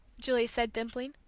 julie said, dimpling.